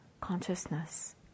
consciousness